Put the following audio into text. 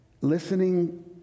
listening